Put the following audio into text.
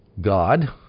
God